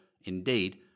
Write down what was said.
indeed